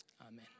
Amen